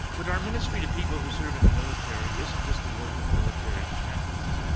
but our ministry to people who serve in the military isn't just the work of military chaplains.